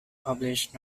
published